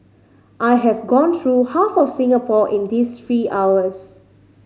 I have gone through half of Singapore in these three hours